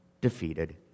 defeated